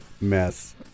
mess